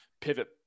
pivot